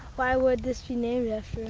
why would this be named